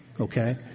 Okay